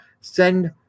send